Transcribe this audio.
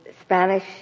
Spanish